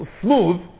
smooth